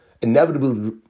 inevitably